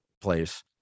place